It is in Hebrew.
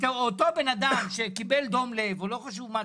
את אותו בן אדם שקיבל דום לב או לא חשוב מה,